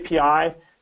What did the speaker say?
API